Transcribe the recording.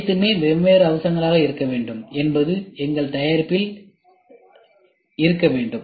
அனைத்துமே வெவ்வேறு அம்சங்களாக எங்கள் தயாரிப்பில் இருக்க வேண்டும்